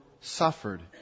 suffered